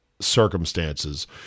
circumstances